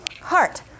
heart